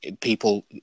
people